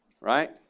Right